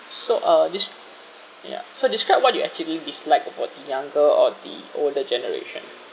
so uh des~ ya so describe what do you actually dislike about the younger or the older generation